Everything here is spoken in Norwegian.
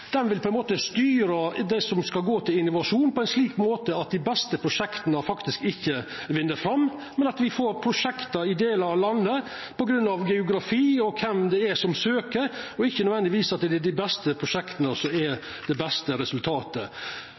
dei beste prosjekta faktisk ikkje vinn fram, men at me får prosjekt i delar av landet på grunnlag av geografi og kven det er som søkjer – ikkje nødvendigvis at det er dei beste prosjekta som gjev det beste resultatet.